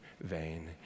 vain